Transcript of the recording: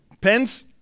Pens